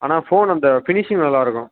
ஆனால் ஃபோன் அந்த ஃபினிஷிங் நல்லா இருக்கும்